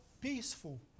peaceful